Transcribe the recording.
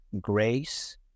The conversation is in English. grace